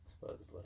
supposedly